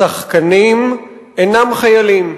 שחקנים אינם חיילים.